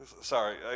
Sorry